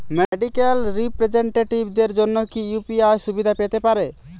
Medical রিপ্রেজন্টেটিভদের জন্য কি ইউ.পি.আই সুবিধা পেতে পারে?